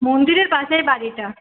মন্দিরের পাশের বাড়িটা